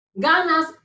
GANAS